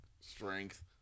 strength